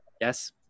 Yes